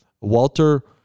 Walter